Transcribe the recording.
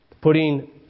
Putting